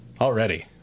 Already